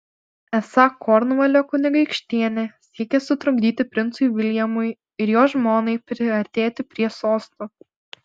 esą kornvalio kunigaikštienė siekia sutrukdyti princui viljamui ir jo žmonai priartėti prie sosto